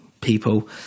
people